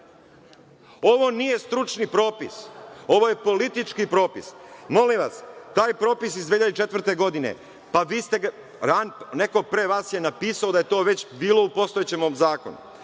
itd. Ovo nije stručni propis. Ovo je politički propis. Molim vas, taj propis iz 2004. godine, neko pre vas je napisao da je to već bilo u postojećem zakonu.